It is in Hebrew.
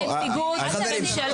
כאן נציגוּת ממשלה.